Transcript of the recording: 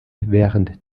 während